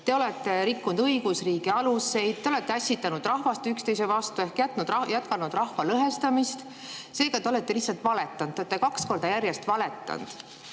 te olete rikkunud õigusriigi aluseid, te olete ässitanud rahvast üksteise vastu ehk jätkanud rahva lõhestamist. Seega te olete lihtsalt valetanud. Te olete kaks korda järjest valetanud.